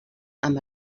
amb